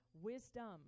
wisdom